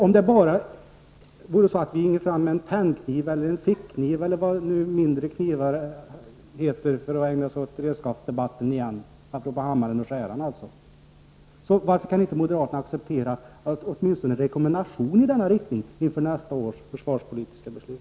Om vi alltså bara gick fram med en pennkniv eller fickkniv eller vad nu mindre knivar kallas — jag anknyter till redskapsdebatten och det där med hammaren och skäran — varför kan inte moderaterna acceptera åtminstone en rekommendation i denna riktning inför nästa års försvarspolitiska beslut?